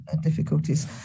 difficulties